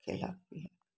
हे राखू ने